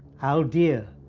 hal deer.